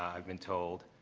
i've been told.